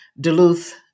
Duluth